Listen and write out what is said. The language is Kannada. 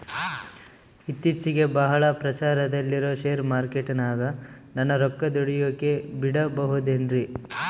ಇತ್ತೇಚಿಗೆ ಬಹಳ ಪ್ರಚಾರದಲ್ಲಿರೋ ಶೇರ್ ಮಾರ್ಕೇಟಿನಾಗ ನನ್ನ ರೊಕ್ಕ ದುಡಿಯೋಕೆ ಬಿಡುಬಹುದೇನ್ರಿ?